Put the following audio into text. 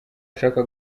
ashaka